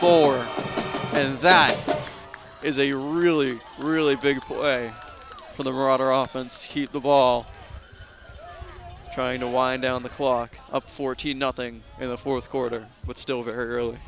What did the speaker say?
four and that is a really really big way for the router off and skeet the ball trying to wind down the clock up fourteen nothing in the fourth quarter but still very early